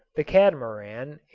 the catamaran,